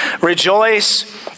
Rejoice